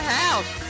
house